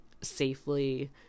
safely